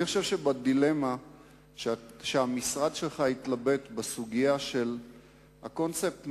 אני חושב שבדילמה שהמשרד שלך התלבט בסוגיה של הקונספט,